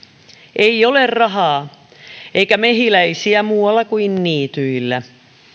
ei ole rahaa eikä mehiläisiä muualla kuin niityillä